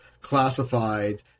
classified